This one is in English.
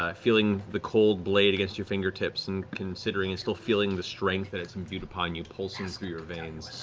ah feeling the cold blade against your fingertips and considering and still feeling the strength that it's imbued upon you pulsing through your veins.